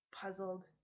puzzled